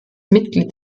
mitglied